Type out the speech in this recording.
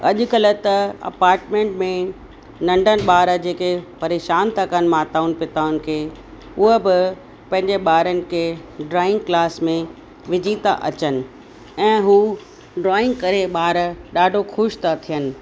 अॼुकल्ह त अपार्टमेंट नंढनि ॿार जेके परेशान था कनि माताऊं पिताउनि खे उहा पंहिंजे ॿारनि खे ड्रॉइंग क्लास में विझी था अचनि ऐं हू ड्रॉइंग करे ॿार ॾाढो ख़ुशि था थियनि